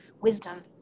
wisdom